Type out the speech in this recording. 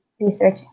research